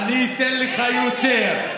אני אתן לך יותר.